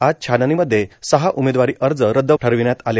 आज छाननीमध्ये सहा उमेदवारी अर्ज रद्द ठरविण्यात आले